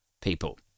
people